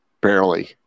barely